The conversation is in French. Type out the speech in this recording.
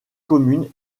commune